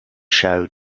show